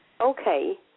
Okay